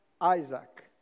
Isaac